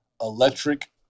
electric